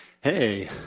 Hey